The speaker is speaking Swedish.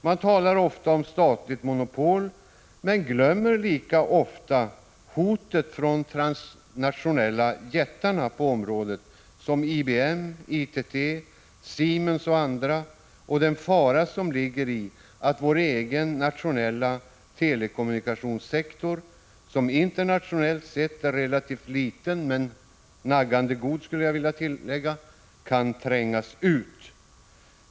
Man talar ofta om statligt monopol men glömmer lika ofta hotet från de transnationella jättarna på området — IBM, ITT, Siemens och andra — och den fara som ligger i att vår egen nationella telekommunikationssektor, som internationellt sett är relativt liten men naggande god, kan komma att trängas ut.